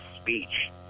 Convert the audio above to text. speech